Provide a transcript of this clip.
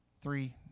Three